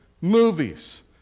movies